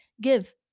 give